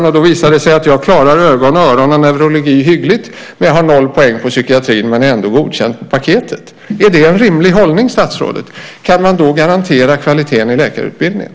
Då kan det visa sig att jag klarar ögon, öron och neurologi hyggligt, men jag har noll poäng på psykiatrin men är ändå godkänd på paketet. Är det en rimlig hållning, statsrådet? Kan man då garantera kvaliteten i läkarutbildningen?